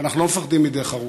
ואנחנו לא מפחדים מדרך ארוכה,